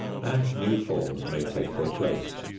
and new forms may take their place.